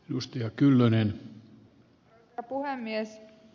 arvoisa herra puhemies